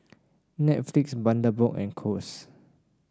Netflix Bundaberg and Kose